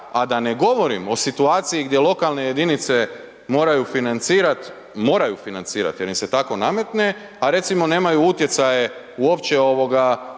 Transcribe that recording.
a da ne govorim o situaciji gdje lokalne jedinice moraju financirat, moraju financirat jer im se tako nametne, a recimo nemaju utjecaje uopće ovoga